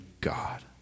God